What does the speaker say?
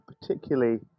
particularly